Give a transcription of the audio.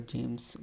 James